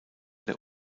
der